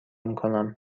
میکنم